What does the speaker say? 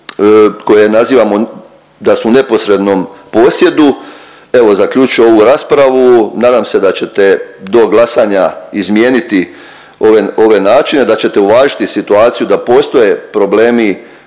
koje nazivamo da su u neposrednom posjedu. Evo zaključujem ovu raspravu. Nadam se da ćete do glasanja izmijeniti načine, da ćete uvažiti situaciju da postoje problemi